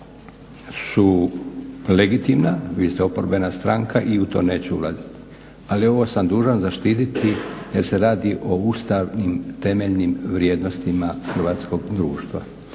su legitimna, vi ste oporbena stranka i u to neću ulaziti ali ovo sam dužan zaštititi jer se radi o ustavnim temeljnim vrijednostima hrvatskog društva.